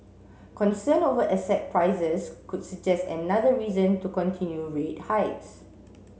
concern over asset prices could suggest another reason to continue rate hikes